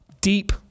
deep